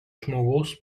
žmogaus